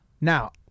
Now